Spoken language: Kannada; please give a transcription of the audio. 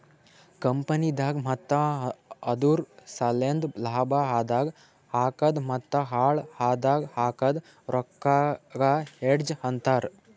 ಕಂಪನಿದಾಗ್ ಮತ್ತ ಅದುರ್ ಸಲೆಂದ್ ಲಾಭ ಆದಾಗ್ ಹಾಕದ್ ಮತ್ತ ಹಾಳ್ ಆದಾಗ್ ಹಾಕದ್ ರೊಕ್ಕಾಗ ಹೆಡ್ಜ್ ಅಂತರ್